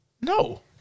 No